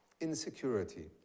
insecurity